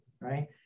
right